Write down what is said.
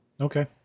Okay